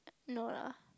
no lah